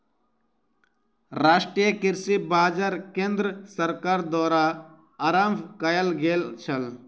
राष्ट्रीय कृषि बाजार केंद्र सरकार द्वारा आरम्भ कयल गेल छल